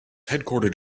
headquartered